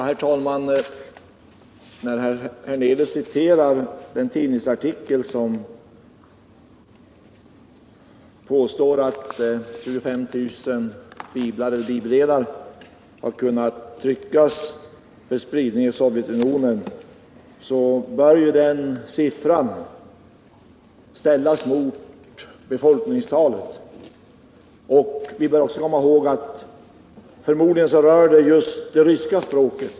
Herr talman! Allan Hernelius hänvisade till en tidningsartikel, där det påstås att 25 000 biblar har kunnat tryckas för spridning i Sovjetunionen. Denna siffra bör dock ställas i relation till Sovjetunionens befolkningstal. Vi bör också komma ihåg att det förmodligen gäller biblar just på det ryska språket.